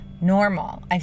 normal